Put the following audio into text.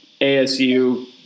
ASU